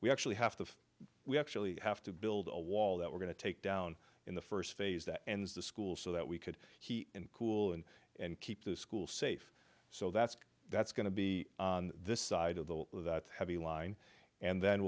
we actually have to we actually have to build a wall that we're going to take down in the first phase that ends the school so that we could heat and cool and and keep the school safe so that's that's going to be on this side of the heavy line and then